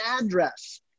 address